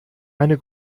meine